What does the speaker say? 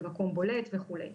במקום בולט וכו'.